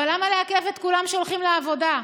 אבל למה לעכב את כולם כשהולכים לעבודה?